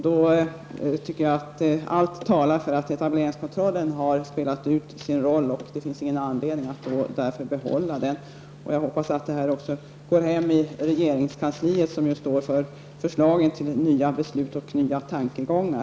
Då tycker jag att allt talar för att etableringskontrollen har spelat ut sin roll och att det därför inte finns någon anledning att behålla den. Jag hoppas att det här går hem också i regeringskansliet, som ju står för förslagen till nya beslut och nya tankegångar.